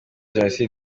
jenocide